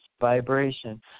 vibration